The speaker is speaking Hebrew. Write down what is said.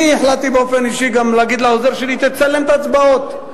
אני החלטתי באופן אישי גם להגיד לעוזר שלי: תצלם את ההצבעות,